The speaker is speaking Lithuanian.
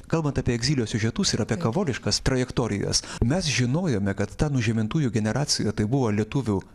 kalbant apie egzilio siužetus ir apie kavoliškas trajektorijas mes žinojome kad ta nužemintųjų generacija tai buvo lietuvių